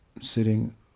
sitting